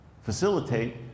facilitate